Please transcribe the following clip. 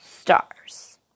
stars